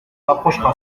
rapprochera